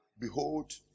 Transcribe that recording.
behold